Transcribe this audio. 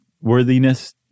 worthiness